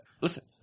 Listen